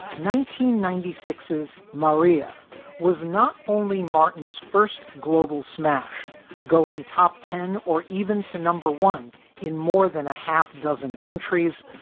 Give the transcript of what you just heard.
ninety ninety six s maria was not only martin's first global smash going top ten or even to number one in more than a half dozen countries.